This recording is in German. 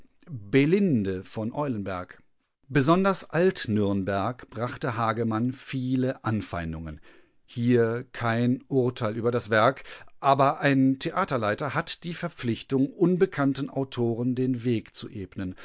belinde von eulenberg besonders alt-nürnberg brachte hagemann viele anfeindungen hier kein urteil über das werk aber ein theaterleiter hat die verpflichtung unbekannten autoren den weg zu ebnen